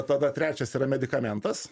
tada trečias yra medikamentas